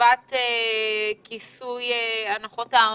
לטובת כיסוי הנחות בארנונה.